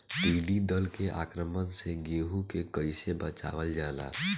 टिडी दल के आक्रमण से गेहूँ के कइसे बचावल जाला?